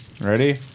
Ready